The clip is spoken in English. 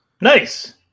nice